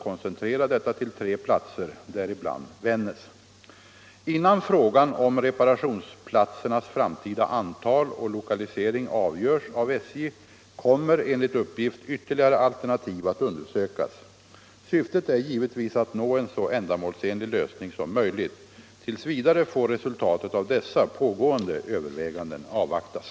Innan frågan om reparationsplatsernas framtida antal och lokalisering avgörs av SJ kommer enligt uppgift ytterligare alternativ att undersökas. Syftet är givetvis att nå en så ändamålsenlig lösning som möjligt. T. v. får resultatet av dessa pågående överväganden avvaktas.